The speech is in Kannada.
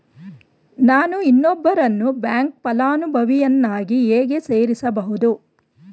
ನಾನು ಇನ್ನೊಬ್ಬರನ್ನು ಬ್ಯಾಂಕ್ ಫಲಾನುಭವಿಯನ್ನಾಗಿ ಹೇಗೆ ಸೇರಿಸಬಹುದು?